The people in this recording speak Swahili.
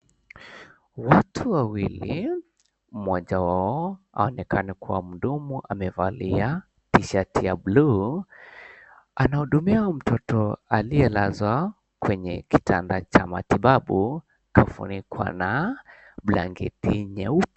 Watu wawili, mmoja wao anaonekana kuwa mdogo amevalia tshati ya buluu anahudumia mtoto aliyelazwa kwenye kitanda cha matibabu kafunikwa na blanketi nyeupe.